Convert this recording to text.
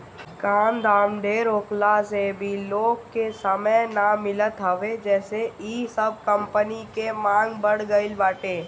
काम धाम ढेर होखला से भी लोग के समय ना मिलत हवे जेसे इ सब कंपनी के मांग बढ़ गईल बाटे